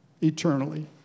eternally